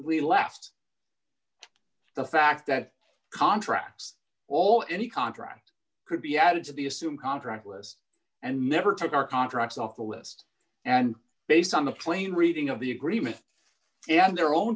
we left the fact that contracts all any contract could be added to the assume contract with us and never took our contracts off the list and based on the plain reading of the agreement and their own